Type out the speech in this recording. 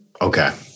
Okay